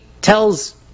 tells